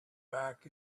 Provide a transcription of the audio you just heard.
back